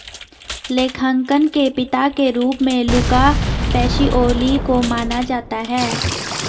लेखांकन के पिता के रूप में लुका पैसिओली को माना जाता है